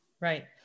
Right